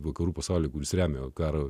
vakarų pasaulyje kuris remia karo